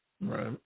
right